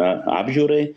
a apžiūrai